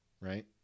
Right